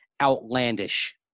outlandish